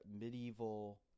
medieval